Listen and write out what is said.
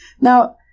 Now